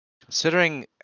Considering